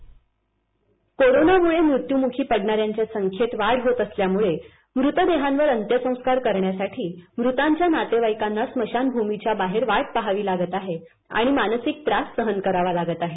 VC कोरोनामुळे मृत्यूमुखी पडणाऱ्यांच्या संख्येत वाढ होत असल्यामुळे मृतदेहांवर अंत्यसंस्कार करण्यासाठी मृतांच्या नातेवाईकांना स्मशानभूमीच्या बाहेर वाट पाहावी लागत आहे आणि मानसिक त्रास सहन करावा लागत आहे